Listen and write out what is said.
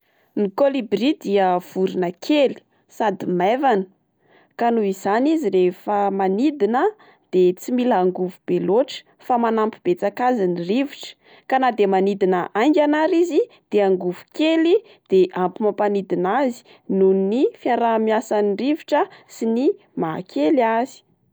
Ny kôlibria dia vorona kely sady maivana ka noho izany izy rehefa manidina a de tsy mila angovo be lôtra fa manampy betsaka azy ny rivotra, ka na de manidina aingana ary izy de angovo kely de ampy mampanidina azy noho ny fiaraha-miasan'ny rivotra sy ny maha kely azy.